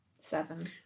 Seven